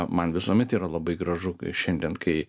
man visuomet yra labai gražu kai šiandien kai